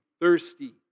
thirsty